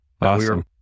Awesome